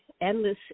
endless